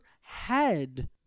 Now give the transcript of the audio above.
head